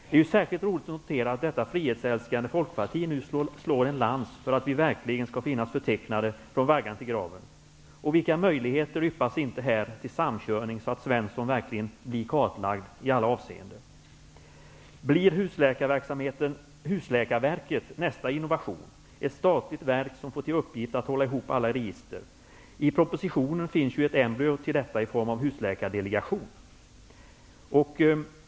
Det är särskilt roligt att notera att det frihetsälskande Folkpartiet nu bryter en lans för att vi verkligen skall finnas förtecknade från vaggan till graven. Vilka möjligheter öppnas inte här till samkörning, så att Svensson verkligen blir kartlagd i alla avseenden! Blir Husläkarverket nästa innovation, ett statligt verk som får till uppgift att hålla ihop alla register? I propositionen finns ju ett embryo till detta i form av husläkardelegation.